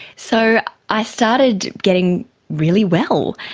so i started getting really well.